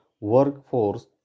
workforce